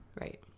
Right